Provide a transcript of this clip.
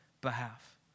behalf